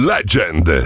Legend